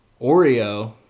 Oreo